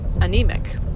anemic